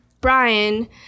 Brian